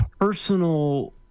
personal